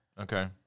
Okay